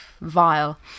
vile